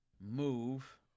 move